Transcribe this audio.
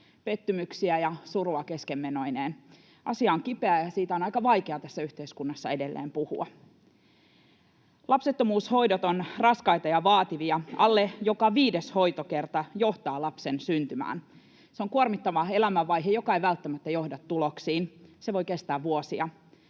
pettymyksiä ja surua keskenmenoineen. Asia on kipeä, ja siitä on aika vaikea tässä yhteiskunnassa edelleen puhua. Lapsettomuushoidot ovat raskaita ja vaativia. Alle joka viides hoitokerta johtaa lapsen syntymään. Se on kuormittava elämänvaihe, joka ei välttämättä johda tuloksiin. Se voi kestää vuosia.